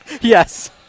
Yes